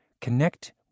Connect